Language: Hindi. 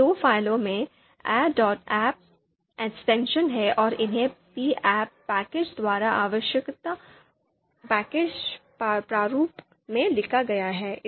इन दो फ़ाइलों में ah ahp 'एक्सटेंशन है और इन्हें p ahp' पैकेज द्वारा आवश्यक फ़ाइल प्रारूप में लिखा गया है